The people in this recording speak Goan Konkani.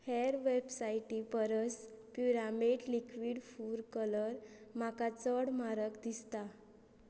हेर वेबसायटी परस प्युरामेट लिक्वीड फूड कलर म्हाका चड म्हारग दिसता